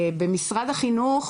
במשרד החינוך